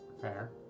Fair